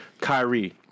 Kyrie